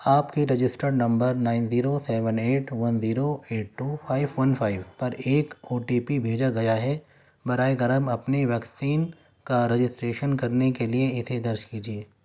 آپ کے registered number nine zero seven eight one zero eight two five one five پر ایک O T P بھیجا گیا ہے براہ کرم اپنی ویکسین کا رجسٹریشن کرنے کے لیے اسے درج کیجیے